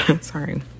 sorry